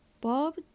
Bob